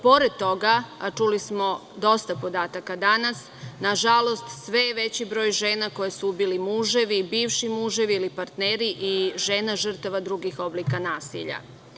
Pored toga, a čuli smo dosta podataka danas, nažalost, sve je veći broj žena koje su ubili muževi, bivši muževi ili partneri i žene žrtava drugih oblika nasilja.